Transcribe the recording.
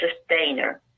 sustainer